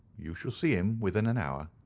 you shall see him within an hour?